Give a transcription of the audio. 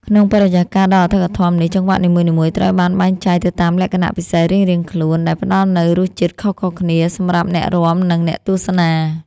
ក្នុងបរិយាកាសដ៏អធិកអធមនេះ ចង្វាក់នីមួយៗត្រូវបានបែងចែកទៅតាមលក្ខណៈពិសេសរៀងៗខ្លួន ដែលផ្តល់នូវរសជាតិខុសៗគ្នាសម្រាប់អ្នករាំ និងអ្នកទស្សនា។